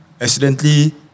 accidentally